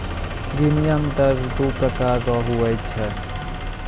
विनिमय दर दू प्रकार रो हुवै छै